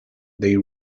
they